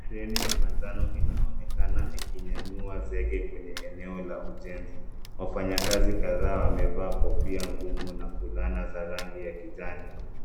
Kreni ya manjano inaonekana ikinyanyua zege kwenye eneo la ujenzi. Wafanyakazi kadhaa wamevaa kofia ngumu na fulana za rangi ya kijani.